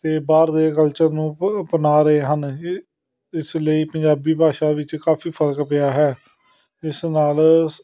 ਅਤੇ ਬਾਹਰ ਦੇ ਕਲਚਰ ਨੂੰ ਅਪਣਾ ਰਹੇ ਹਨ ਇ ਇਸ ਲਈ ਪੰਜਾਬੀ ਭਾਸ਼ਾ ਵਿੱਚ ਕਾਫੀ ਫਰਕ ਪਿਆ ਹੈ ਇਸ ਨਾਲ ਸ